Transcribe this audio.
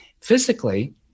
physically